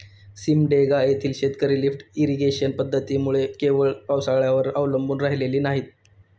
सिमडेगा येथील शेतकरी lift irrigation पद्धतीमुळे केवळ पावसाळ्यावर अवलंबून राहिलेली नाहीत